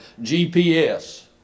GPS